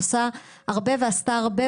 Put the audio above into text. עושה הרבה ועשתה הרבה.